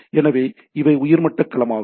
எனவே இவை உயர்மட்ட களமாகும்